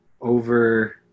over